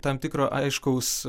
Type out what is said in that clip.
tam tikro aiškaus